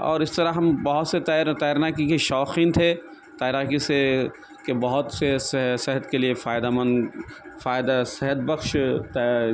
اور اس طرح ہم بہت سے تیر تیرنا کیونکہ شوقین تھے تیراکی سے کے بہت سے سے صحت کے لیے فائدہ مند فائدہ صحت بخش تیر